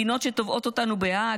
מדינות שתובעות אותנו בהאג.